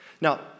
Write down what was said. Now